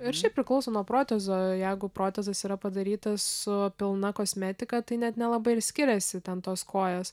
ir šiaip priklauso nuo protezo jeigu protezas yra padarytas su pilna kosmetika tai net nelabai ir skiriasi ten tos kojos